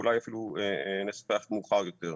ואולי אפילו נשוחח מאוחר יותר.